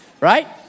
right